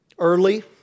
Early